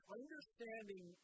understanding